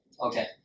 Okay